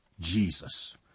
Jesus